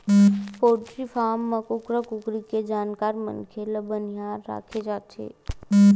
poultry farm म कुकरा कुकरी के जानकार मनखे ल बनिहार राखे जाथे